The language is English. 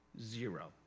zero